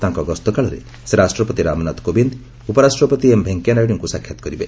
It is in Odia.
ତାଙ୍କ ଗସ୍ତକାଳରେ ସେ ରାଷ୍ଟ୍ରପତି ରାମନାଥ କୋବିନ୍ଦ୍ ଉପରାଷ୍ଟ୍ରପତି ଏମ୍ ଭେଙ୍କିୟା ନାଇଡୁଙ୍କୁ ସାକ୍ଷାତ୍ କରିବେ